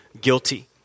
guilty